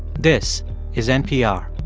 this is npr